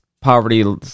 Poverty